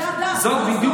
רק אומרת לך, זאת הדת.